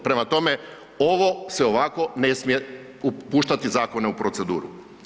Prema tome, ovo se ovako ne smije puštati zakone u proceduru.